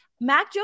Mac